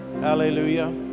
Hallelujah